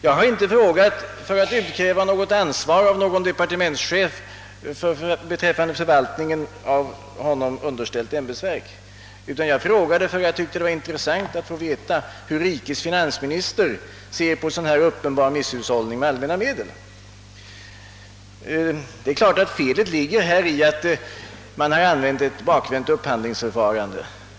Jag har inte frågat för att utkräva något ansvar av någon departementschef beträffande förvaltningen av honom underställt ämbetsverk, utan jag frågade därför att jag tyckte det var intressant att få veta hur rikets finansminister ser på en sådan uppenbar misshushållning med allmänna medel. Det är klart att felet ligger i att man har använt ett bakvänt upphandlingsförfarande.